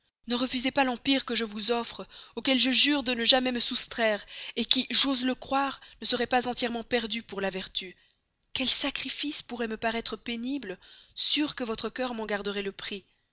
ne refusez pas l'empire que je vous offre auquel je jure de ne jamais me soustraire qui j'ose le croire ne serait pas entièrement perdu pour la vertu quel sacrifice pourrait me paraître pénible sûr que votre cœur m'en garderait le prix